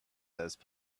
those